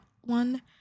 one